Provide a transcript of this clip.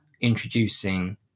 introducing